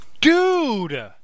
Dude